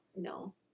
No